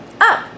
Up